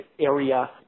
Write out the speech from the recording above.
area